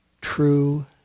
true